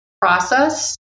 process